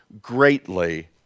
greatly